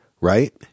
right